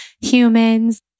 humans